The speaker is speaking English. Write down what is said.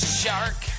shark